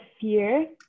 fear